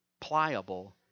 pliable